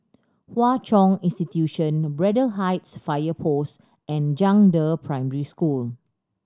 Hwa Chong Institution Braddell Heights Fire Post and Zhangde Primary School